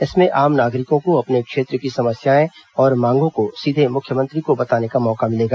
इसमें आम नागरिकों को अपने क्षेत्र की समस्याएं प्रत्येक और मांगों को सीधे मुख्यमंत्री को बताने का मौका मिलेगा